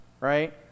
right